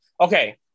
Okay